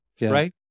Right